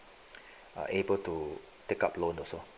uh able to take up loan also